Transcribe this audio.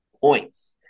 points